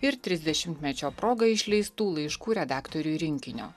ir trisdešimtmečio proga išleistų laiškų redaktoriui rinkinio